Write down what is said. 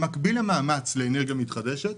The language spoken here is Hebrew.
במקביל למאמץ לאנרגיה מתחדשת,